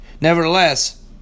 Nevertheless